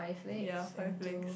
ya five legs